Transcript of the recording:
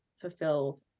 fulfilled